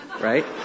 right